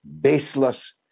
baseless